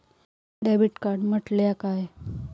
Debit card म्हटल्या काय?